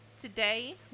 Today